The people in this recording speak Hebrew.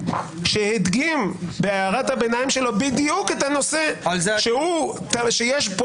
שהדגים בהערת הביניים שלו בדיוק את הנושא שיש בו